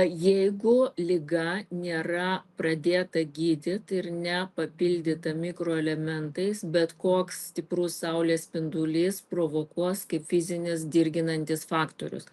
jeigu liga nėra pradėta gydyt ir nepapildyta mikroelementais bet koks stiprus saulės spindulys provokuos kaip fizinis dirginantis faktorius